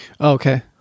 Okay